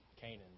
Canaan